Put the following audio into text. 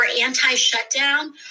anti-shutdown